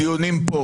הדיונים פה